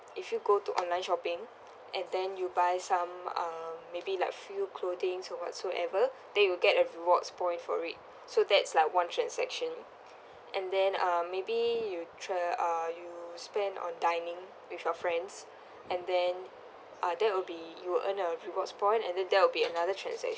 if you go to online shopping and then you buy some um maybe like few clothings and whatsoever then you'll get a rewards point for it so that's like one transaction and then uh maybe you try uh you spend on dining with your friends and then uh that will be you'll earn a rewards point and then there will be another transaction